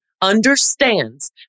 understands